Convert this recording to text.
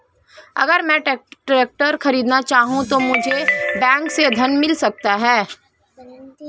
अगर मैं ट्रैक्टर खरीदना चाहूं तो मुझे बैंक से ऋण मिल सकता है?